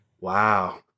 Wow